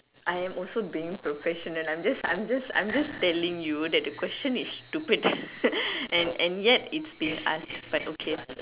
I am also being professional I'm just I'm just I'm just telling you that the question is stupid and and yet it's being asked but okay